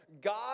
God